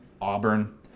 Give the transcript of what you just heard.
Auburn